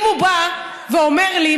אם הוא בא ואומר לי,